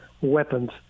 weapons